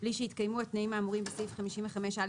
בלי שהתקיימו התנאים האמורים בסעיף 55א12א(א),